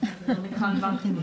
מיכל וקסמן חילי,